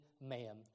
man